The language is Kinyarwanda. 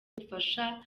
ubufasha